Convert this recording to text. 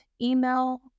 email